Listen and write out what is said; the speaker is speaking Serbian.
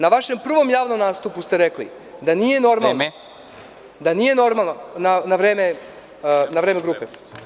Na vašem prvom javnom nastupu ste rekli – da nije normalno… (Predsednik: Vreme) Koristiću vreme grupe.